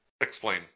explain